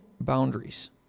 boundaries